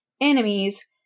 enemies